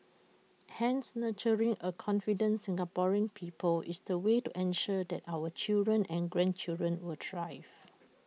hence nurturing A confident Singaporean people is the way to ensure that our children and grandchildren will thrive